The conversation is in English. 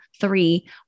three